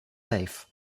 safe